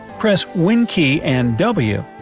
press win key and w,